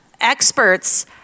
experts